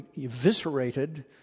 eviscerated